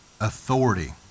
authority